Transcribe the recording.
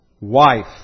wife